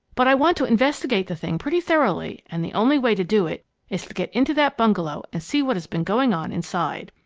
but i want to investigate the thing pretty thoroughly, and the only way to do it is to get into that bungalow and see what has been going on inside.